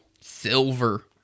Silver